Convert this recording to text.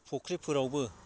फ'ख्रिफोरावबो